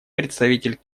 представитель